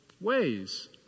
ways